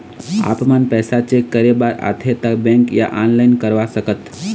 आपमन पैसा चेक करे बार आथे ता बैंक या ऑनलाइन करवा सकत?